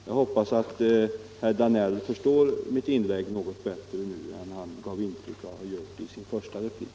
Jag hoppas att herr Danell förstår mitt inlägg något bättre nu än han gav intryck av att göra i sin första replik.